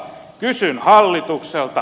kysyn hallitukselta